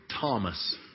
Thomas